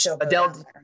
Adele